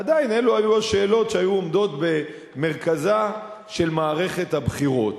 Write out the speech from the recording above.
עדיין אלה היו השאלות שהיו עומדות במרכזה של מערכת הבחירות.